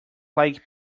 like